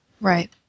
Right